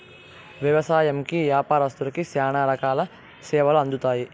వ్యవసాయంకి యాపారత్తులకి శ్యానా రకాల సేవలు అందుతాయి